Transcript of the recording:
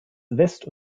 west